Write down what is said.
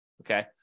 Okay